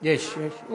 יש, יש.